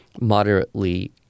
moderately